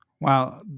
Wow